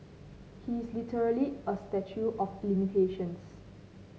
he is literally a statue of limitations